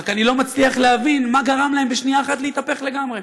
רק אני לא מצליח להבין מה גרם להם בשנייה אחת להתהפך לגמרי.